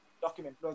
document